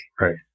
Right